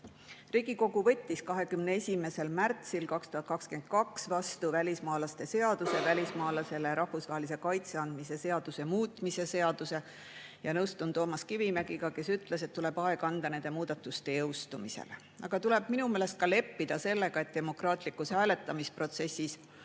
Riigikogu võttis 21. märtsil 2022 vastu välismaalaste seaduse ja välismaalasele rahvusvahelise kaitse andmise seaduse muutmise seaduse. Ma nõustun Toomas Kivimägiga, kes ütles, et tuleb aega anda nende muudatuste jõustumisele. Ka tuleb minu meelest leppida sellega, et demokraatlikus hääletamisprotsessis